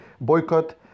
boycott